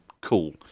Cool